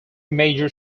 major